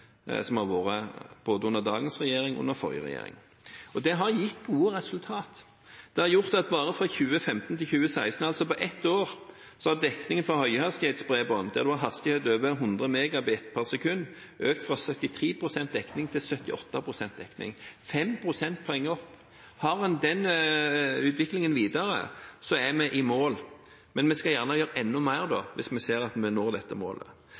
både under dagens regjering og under den forrige regjeringen. Det har gitt gode resultat. Det har gjort at bare fra 2015 til 2016, altså på ett år, har dekningen for høyhastighetsbredbånd, der en har hastighet over 100 Mbit/s, økt fra 73 pst. dekning til 78 pst. dekning – 5 prosentpoeng opp. Har en den utviklingen videre, er vi i mål, men vi skal gjerne gjøre enda mer hvis vi ser at vi når dette målet.